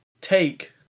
take